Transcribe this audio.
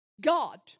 God